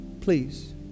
Please